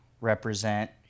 represent